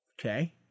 Okay